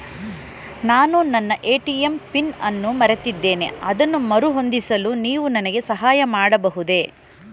ನಾನು ನನ್ನ ATM PIN ಅನ್ನು ಮರೆತಿದ್ದೇನೆ ಅದನ್ನು ಮರುಹೊಂದಿಸಲು ನೀವು ನನಗೆ ಸಹಾಯ ಮಾಡಬಹುದೇ?